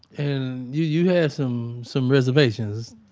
and you you had some some reservations.